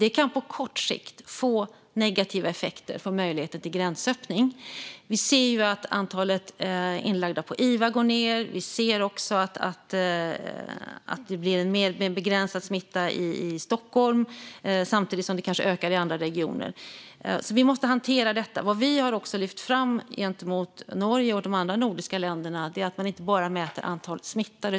Det kan på kort sikt få negativa effekter på möjligheterna för gränsöppning. Vi ser att antalet inlagda på IVA går ned. Vi ser också att smittan blir mer begränsad i Stockholm samtidigt som den kanske ökar i andra regioner. Vi måste alltså hantera detta. Det vi har lyft fram gentemot Norge och de andra nordiska länderna är att man inte bara ska titta på antalet smittade.